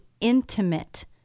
intimate